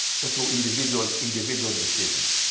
so so individual individual decisions.